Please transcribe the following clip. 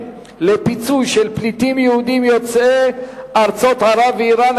לפיצוי של פליטים יהודים יוצאי ארצות ערב ואירן,